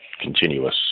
continuous